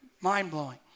mind-blowing